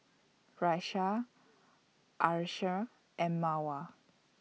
Raisya Asharaff and Mawar